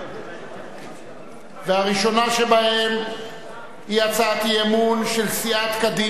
והראשונה שבהן היא הצעת אי-אמון של סיעת קדימה,